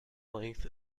length